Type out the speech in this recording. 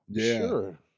Sure